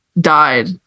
died